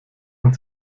man